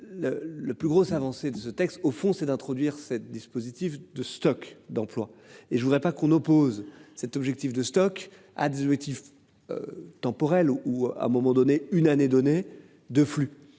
Le plus grosse avancée de ce texte au fond c'est d'introduire cette dispositif de stock d'emploi et je voudrais pas qu'on oppose cet objectif de stock Abdulatif. Temporel ou à un moment donné une année donnée de flux